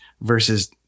versus